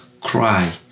cry